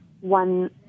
one